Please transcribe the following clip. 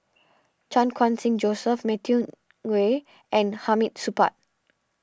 Chan Khun Sing Joseph Matthew Ngui and Hamid Supaat